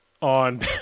on